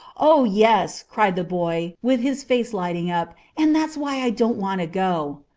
oh! yes, cried the boy, with his face lighting up, and that's why i don't want to go.